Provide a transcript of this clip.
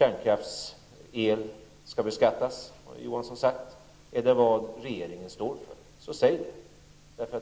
Olof Johansson har sagt att kärnkraftsproducerad el skall beskattas. Är det vad regeringen står för så säg det!